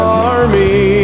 army